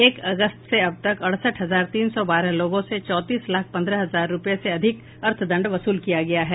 एक अगस्त से अब तक अड़सठ हजार तीन सौ बारह लोगों से चौंतीस लाख पन्द्रह हजार रूपये से अधिक अर्थदंड वसूल किया गया है